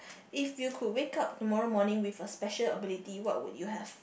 if you could wake up tomorrow morning with a special ability what would you have